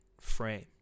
frame